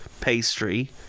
pastry